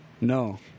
No